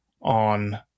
on